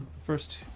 first